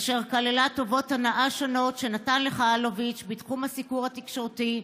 אשר כללה טובות הנאה שונות שנתן לך אלוביץ' בתחום הסיקור התקשורתי,